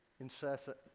incessant